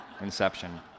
Inception